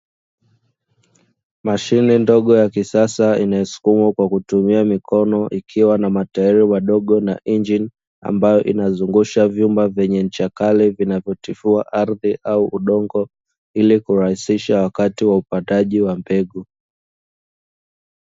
Mashine ndogo ya kisasa inayosukumwa kwa kutumia mikono ikiwa na matairi madogo na injini, ambayo inazungusha vyuma vyenye ncha kali inayotifua ardhi au udongo, ili kurahisisha wakati wa upandaji wa mbegu.